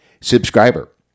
subscriber